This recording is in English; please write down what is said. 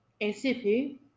ACP